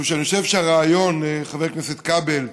משום שאני חושב שהרעיון, חבר הכנסת כבל,